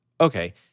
okay